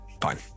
fine